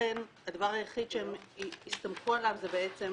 ולכן הדבר היחיד שהם יסתמכו עליו זה בעצם